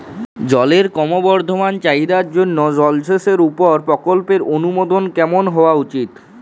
জলের ক্রমবর্ধমান চাহিদার জন্য জলসেচের উপর প্রকল্পের অনুমোদন কেমন হওয়া উচিৎ?